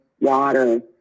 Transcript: water